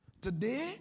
Today